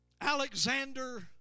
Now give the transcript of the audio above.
Alexander